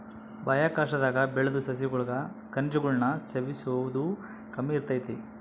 ಬಾಹ್ಯಾಕಾಶದಾಗ ಬೆಳುದ್ ಸಸ್ಯಗುಳಾಗ ಖನಿಜಗುಳ್ನ ಸೇವಿಸೋದು ಕಮ್ಮಿ ಇರ್ತತೆ